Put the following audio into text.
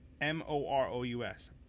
M-O-R-O-U-S